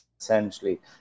essentially